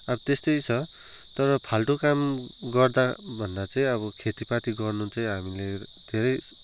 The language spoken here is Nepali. अब त्यस्तै छ तर फाल्टु काम गर्दा भन्दा चाहिँ अब खेतीपाती गर्नु चाहिँ हामीले धेरै